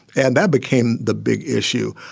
and that became the big issue.